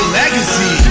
legacy